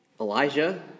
Elijah